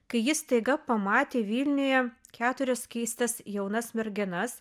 kai jis staiga pamatė vilniuje keturias keistas jaunas merginas